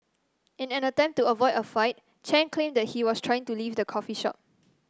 in an attempt to avoid a fight Chen claimed that he was trying to leave the coffee shop